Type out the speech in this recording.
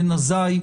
בן עזאי,